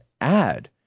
add